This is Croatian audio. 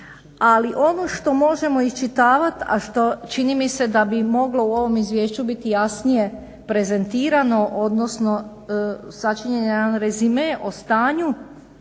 Ali ono što možemo iščitavat, a što čini mi se da bi moglo u ovom izvješću biti jasnije prezentirano, odnosno sačinjen je jedan rezime o stanju